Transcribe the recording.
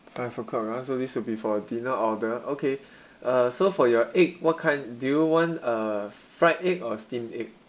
five o'clock ah so this will be for dinner order okay uh so for your egg what kind do you want uh fried egg or steam egg